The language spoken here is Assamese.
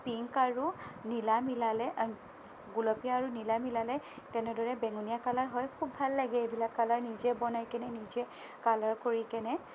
পিংক আৰু নীলা মিলালে গুলপীয়া আৰু নীলা মিলালে তেনেদৰে বেঙুনীয়া কালাৰ হয় খুব ভাল লাগে এইবিলাক কালাৰ নিজে বনাইকিনে নিজে কালাৰ কৰিকেনে